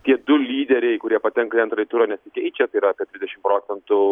tie du lyderiai kurie patenka į antrąjį turą nesikeičia tai yra apie dvidešim procentų